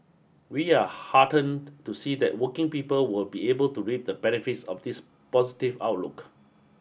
we are heartened to see that working people will be able to reap the benefits of this positive outlook